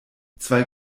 zwei